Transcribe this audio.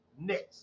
next